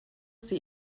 sie